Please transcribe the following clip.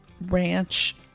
ranch